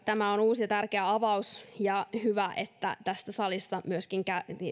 tämä on uusi ja tärkeä avaus ja hyvä että tästä salissa myöskin